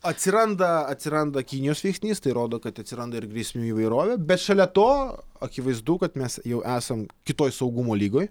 atsiranda atsiranda kinijos veiksnys tai rodo kad atsiranda ir grėsmių įvairovė bet šalia to akivaizdu kad mes jau esam kitoj saugumo lygoj